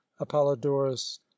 Apollodorus